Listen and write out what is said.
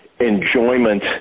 enjoyment